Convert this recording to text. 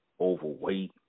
overweight